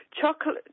Chocolate